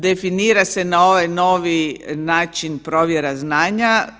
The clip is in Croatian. Definira se na ovaj novi način provjera znanja.